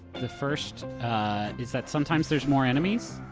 the first is that sometimes there's more enemies.